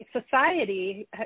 Society